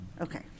Okay